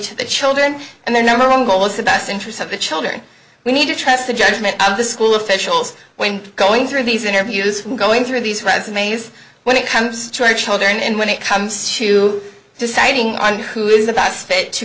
to the children and their number one goal is the best interests of the children we need to trust the judgment of the school officials when going through these interviews from going through these resumes when it comes to our children and when it comes to deciding on who is